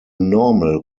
normal